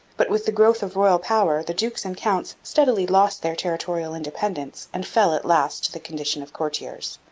but, with the growth of royal power, the dukes and counts steadily lost their territorial independence and fell at last to the condition of courtiers.